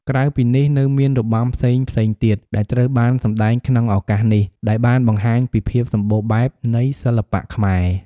ក្រៅពីនេះ នៅមានរបាំផ្សេងៗទៀតដែលត្រូវបានសម្តែងក្នុងឱកាសនេះ ដែលបានបង្ហាញពីភាពសម្បូរបែបនៃសិល្បៈខ្មែរ។